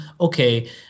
okay